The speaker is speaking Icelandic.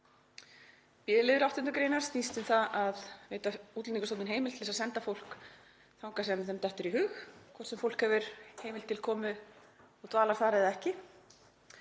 B-liður 8. gr. snýst um það að veita Útlendingastofnun heimild til að senda fólk þangað sem þeim dettur í hug, hvort sem fólk hefur heimild til komu og dvalar þar eða ekki.